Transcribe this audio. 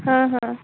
ହଁ ହଁ